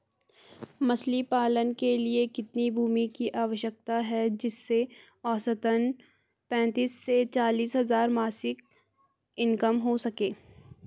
मछली पालन के लिए कितनी भूमि की आवश्यकता है जिससे औसतन पैंतीस से चालीस हज़ार मासिक इनकम हो सके?